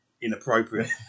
inappropriate